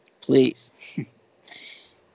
Please